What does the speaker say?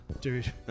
dude